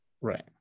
Right